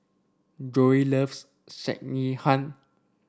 Joey loves Sekihan